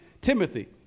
Timothy